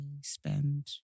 spend